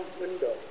window